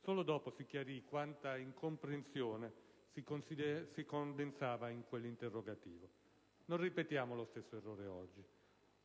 Solo dopo si chiarì quanta incomprensione si condensava in quell'interrogativo. Non ripetiamo lo stesso errore oggi.